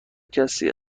کسی